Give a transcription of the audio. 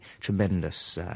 tremendous